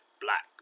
black